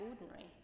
ordinary